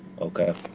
okay